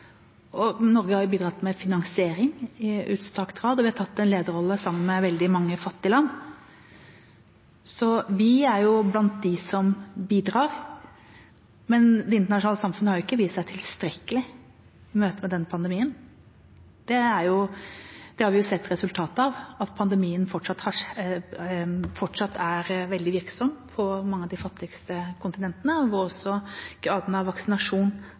tatt en lederrolle sammen med veldig mange fattige land. Vi er blant dem som bidrar, men det internasjonale samfunnet har ikke vist seg tilstrekkelig i møte med denne pandemien. Det har vi sett resultatet av. Pandemien er fortsatt veldig virksom på mange av de fattigste kontinentene, hvor også graden av vaksinasjon